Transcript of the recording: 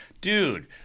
dude